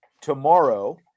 tomorrow